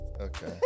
Okay